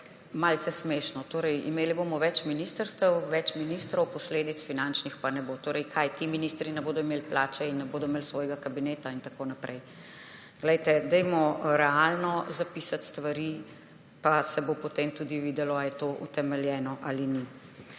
malce smešno. Imeli bomo več ministrstev, več ministrov, finančnih posledic pa ne bo. Torej kaj? Ti ministri ne bodo imeli plače in ne bodo imeli svojega kabineta in tako naprej? Dajmo realno zapisati stvari pa se bo potem tudi videlo, ali je to utemeljeno ali ni.